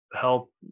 help